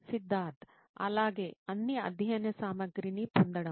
సిద్ధార్థ్ అలాగే అన్ని అధ్యయన సామగ్రిని పొందడం